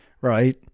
Right